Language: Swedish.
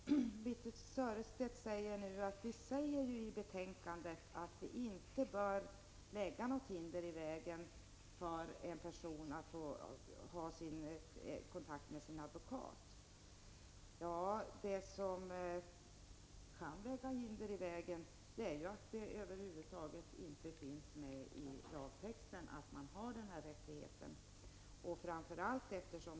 Herr talman! Birthe Sörestedt säger att det enligt betänkandet inte bör ligga något hinder i vägen för en person att ha kontakt med sin advokat. Det som kan lägga hinder i vägen är att det över huvud taget inte finns med i lagtexten att man har denna rättighet.